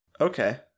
Okay